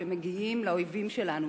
שהם מגיעים לאויבים שלנו,